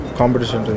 competition